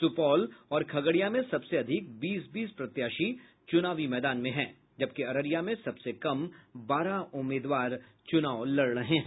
सुपौल और खगड़िया में सबसे अधिक बीस बीस प्रत्याशी चूनावी मैदान में हैं जबकि अररिया में सबसे कम बारह उम्मीदवार चुनाव लड़ रहे हैं